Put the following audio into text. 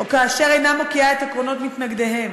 או כאשר אינה מוקיעה את עקרונות מתנגדיהם.